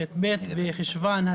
כ"ב בחשוון,